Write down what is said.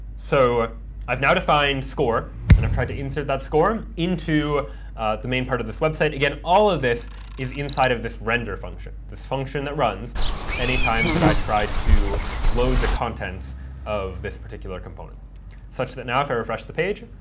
so i've now defined score, and i've tried to insert that score into the main part of this website. again, all of this is inside of this render function, this function that runs any time that i try to load the contents of this particular component such that now if i refresh the page,